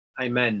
Amen